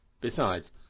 Besides